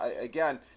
again